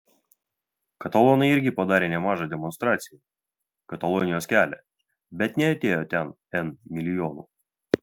katalonai irgi padarė nemažą demonstraciją katalonijos kelią bet neatėjo ten n milijonų